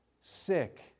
sick